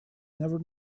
never